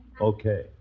Okay